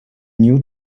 new